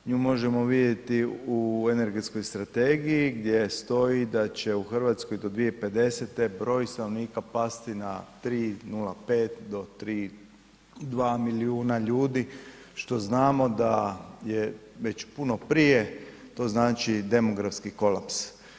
Nju možemo vidjeti u energetskoj strategiji gdje stoji da će u Hrvatskoj do 2050. broj stanovnika pasti na 3,05 do 3, 2 milijuna ljudi što znamo da je već puno prije to znači demografski kolaps.